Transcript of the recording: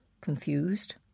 confused